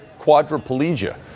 quadriplegia